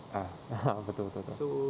ah (uh huh) betul betul betul